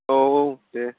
औ औ दे